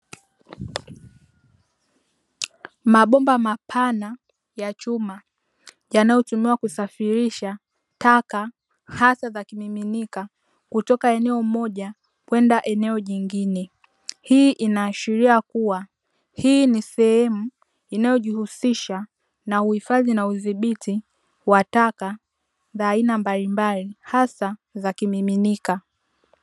Mabomba mapana ya chuma yanayotumiwa kusafirisha taka hasa za kimiminika, kutoka eneo moja kwenda eneo jingine. Hii inaashiria kuwa hii ni sehemu inayojihusisha na uhifadhi na udhibiti wa taka, za aina mbalimbali hasa za kimiminika.